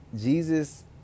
Jesus